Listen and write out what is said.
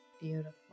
Beautiful